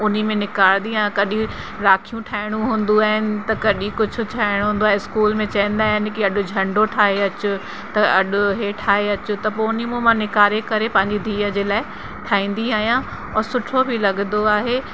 उन्हीअ में निकारींदी आहे कॾहिं राखियूं ठाहिणियूं हूंदियूं आहिनि त कॾहिं कुझु ठाहिणो हूंदो आहे स्कूल में चईंदा आहिनि कि अॼु झंडो ठाहे अचु त अॼु हे ठाहे अचु त पोइ उन्हीअ मो मां निकारे करे पंहिंजी धीअ जे लाइ ठाहींदी आहियां और सुठो बि लॻंदो आहे